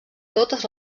totes